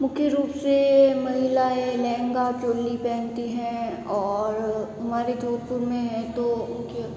मुख्य रूप से महिलाएँ लहंगा चोली पहनती हैं और हमारे जोधपुर में तो